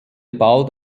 bald